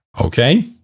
Okay